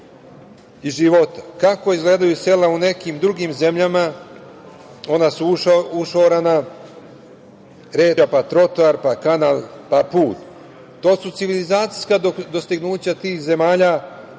iz života. Kako izgledaju sela u nekim drugim zemljama? Ona su ušorena, red kuća, pa trotoar, pa kanal, pa put. To su civilizacijska dostignuća tih zemalja